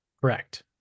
Correct